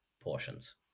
portions